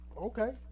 Okay